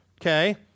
Okay